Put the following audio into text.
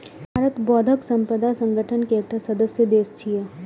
भारत बौद्धिक संपदा संगठन के एकटा सदस्य देश छियै